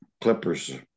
Clippers